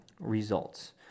results